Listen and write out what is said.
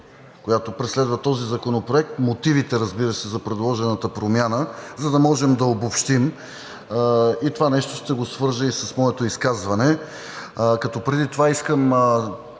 която преследва този законопроект, мотивите, разбира се, за предложената промяна, за да можем да обобщим. Това нещо ще го свържа и с моето изказване. Преди това искам